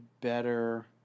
better